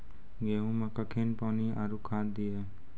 गेहूँ मे कखेन पानी आरु खाद दिये?